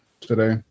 today